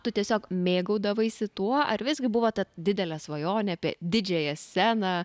tu tiesiog mėgaudavaisi tuo ar visgi buvo ta didelė svajonė apie didžiąją sceną